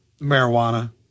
marijuana